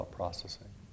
processing